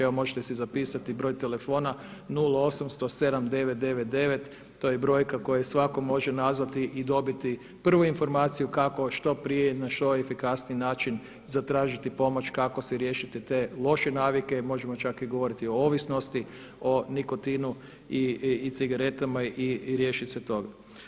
Evo možete si zapisati broj telefona, 0800 7999 to je brojka koju svatko može nazvati i dobiti prvu informaciju kako, što prije i na što efikasniji način zatražiti pomoć kako se riješiti te loše navike i možemo čak i govoriti o ovisnosti o nikotinu i cigaretama i riješiti se toga.